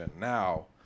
Now